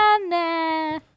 nah